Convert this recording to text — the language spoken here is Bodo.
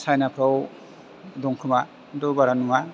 चाइनाफ्राव दं खोमा खिन्थु बारा नुवा